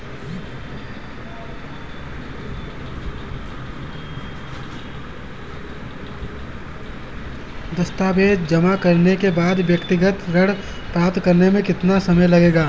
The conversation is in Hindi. दस्तावेज़ जमा करने के बाद व्यक्तिगत ऋण प्राप्त करने में कितना समय लगेगा?